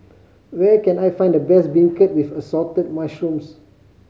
where can I find the best beancurd with Assorted Mushrooms